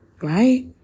Right